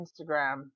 Instagram